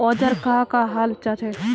औजार कहाँ का हाल जांचें?